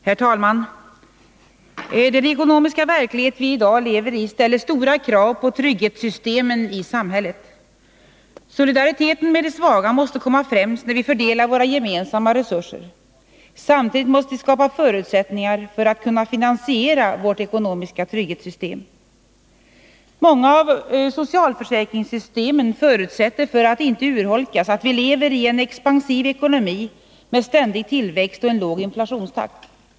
Herr talman! Den ekonomiska verklighet vi i dag lever i ställer stora krav på trygghetssystemen i samhället. Solidariteten med de svaga måste komma främst när vi fördelar våra gemensamma resurser. Samtidigt måste vi skapa förutsättningar för att kunna finansiera vårt ekonomiska trygghetssystem. Många av socialförsäkringssystemen förutsätter att vi lever i en expansiv ekonomi med ständig tillväxt och en låg inflationstakt.